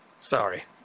sorry